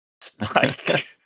Spike